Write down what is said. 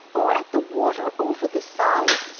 or at the water over the side,